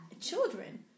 children